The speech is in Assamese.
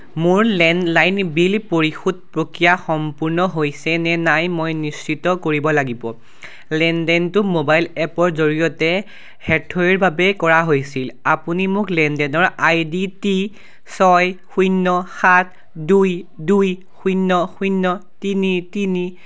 মোৰ লেণ্ডলাইন বিল পৰিশোধ প্ৰক্ৰিয়া সম্পূৰ্ণ হৈছে নে নাই মই নিশ্চিত কৰিব লাগিব লেনদেনটো মোবাইল এপৰ জৰিয়তে হেথৱেৰ বাবে কৰা হৈছিল আপুনি মোক লেনদেনৰ আই ডি টি ছয় শূন্য সাত দুই দুই শূন্য শূন্য তিনি তিনি